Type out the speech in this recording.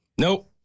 Nope